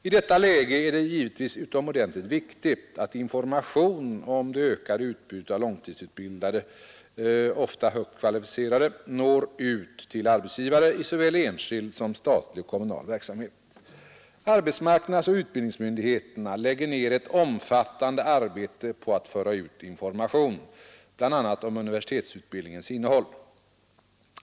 I detta läge är det givetvis utomordentligt viktigt att information om det ökade utbudet av långtidsutbildad, ofta högt kvalificerad arbetskraft når ut till arbetsgivare i såväl enskild som statlig och kommunal verksamhet. Arbetsmarknadsoch utbildningsmyndigheterna lägger ner ett omfattande arbete på att föra ut information bl.a. om universitetsutbildningens innehåll.